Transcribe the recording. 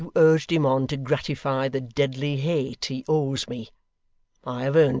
you urged him on to gratify the deadly hate he owes me i have earned it,